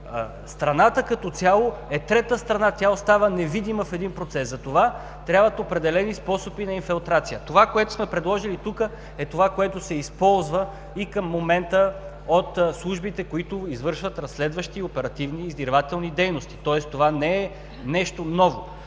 цяло, е трета страна. Тя остава невидима в един процес. Затова трябват определени способи на инфилтрацията. Това, което сме предложили тук, е това, което се използва и към момента от службите, които извършват разследващи и оперативно-издирвателни дейности. Тоест, това не е нещо ново.